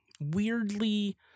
weirdly